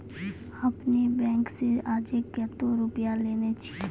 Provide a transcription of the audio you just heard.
आपने ने बैंक से आजे कतो रुपिया लेने छियि?